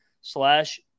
slash